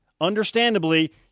understandably